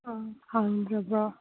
ꯑꯥ ꯍꯥꯡꯗ꯭ꯔꯕꯣ